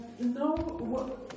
No